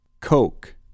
Coke